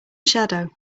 shadow